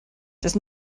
does